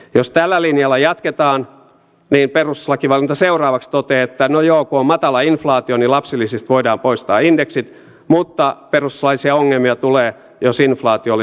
jos tällä linjalla jatketaan niin perustuslakivaliokunta seuraavaksi toteaa että no joo kun on matala inflaatio niin lapsilisistä voidaan poistaa indeksit mutta perustuslaillisia ongelmia tulee jos inflaatio on nopeampi